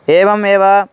एवमेव